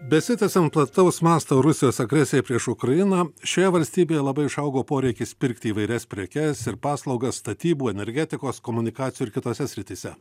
besitęsiant plataus masto rusijos agresijai prieš ukrainą šioje valstybėje labai išaugo poreikis pirkti įvairias prekes ir paslaugas statybų energetikos komunikacijų ir kitose srityse